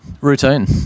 Routine